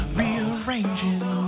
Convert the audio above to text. rearranging